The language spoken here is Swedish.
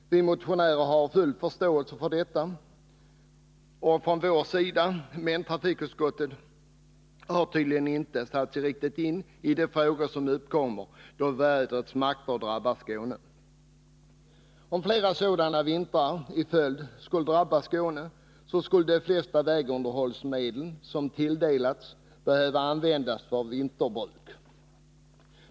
Vi motionärer har full förståelse för detta, men trafikutskottet har tydligen inte riktigt satt sig in i de problem som uppstår då vädrets makter drabbar Skåne. Om flera svåra vintrar drabbade Skåne, skulle mestadelen av de vägunderhållsmedel som anslagits behöva användas för vinterbruk.